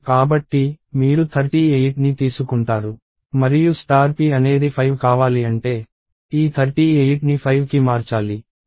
కాబట్టి మీరు 38ని తీసుకుంటారు మరియు p అనేది 5 కావాలి అంటే ఈ 38ని 5కి మార్చాలి